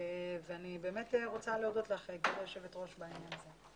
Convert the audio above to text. אני באמת רוצה להודות לך גברתי יושבת הראש בעניין הזה.